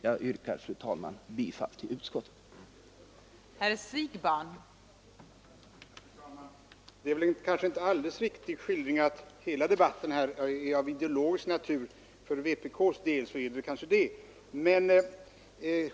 Jag yrkar därför, fru talman, nu bifall till utskottets hemställan.